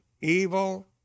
Evil